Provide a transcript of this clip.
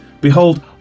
Behold